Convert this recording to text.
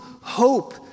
hope